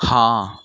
हाँ